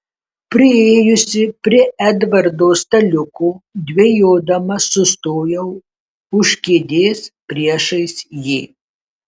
priėjusi prie edvardo staliuko dvejodama sustojau už kėdės priešais jį